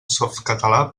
softcatalà